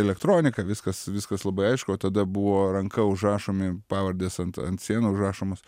elektronika viskas viskas labai aišku o tada buvo ranka užrašomi pavardės ant ant sienų užrašomos